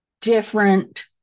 different